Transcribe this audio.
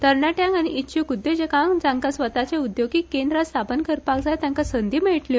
तरनाट्यांक आनी इच्छ्रक उद्योजकांक जेंका स्वताचे औद्योगिक केंद्रा स्थापन करपाक जाय तांका संदी मेळटली